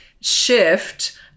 shift